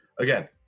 again